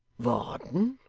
varden!